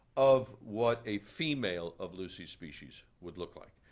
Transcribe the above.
of what a female of lucy's species would look like.